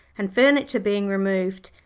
and furniture being removed,